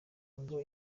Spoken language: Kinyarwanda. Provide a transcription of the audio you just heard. ngo